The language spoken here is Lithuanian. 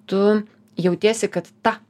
tu jautiesi kad ta